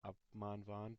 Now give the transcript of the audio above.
abmahnwahn